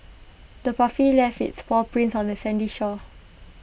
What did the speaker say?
the puppy left its paw prints on the sandy shore